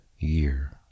Year